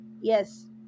yes